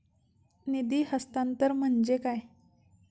निधी हस्तांतरण म्हणजे काय?